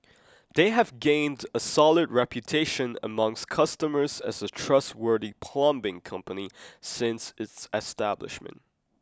they have gained a solid reputation amongst customers as a trustworthy plumbing company since its establishment